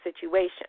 situation